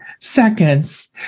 seconds